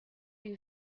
you